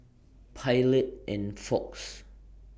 Pilot and Fox